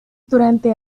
durante